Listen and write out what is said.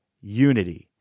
unity